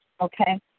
okay